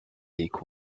leaking